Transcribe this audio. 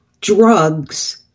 drugs